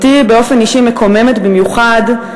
אותי באופן אישי מקוממת במיוחד,